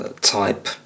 type